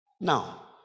Now